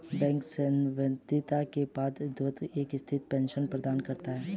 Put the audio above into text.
bank सेवानिवृत्ति के बाद पदोन्नति और एक स्थिर पेंशन प्रदान करता है